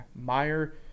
Meyer